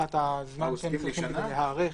מבחינת הזמן שהם צריכים להיערך.